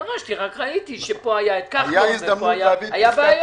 דרשתי, רק ראיתי שפה היה את כחלון ופה היו בעיות.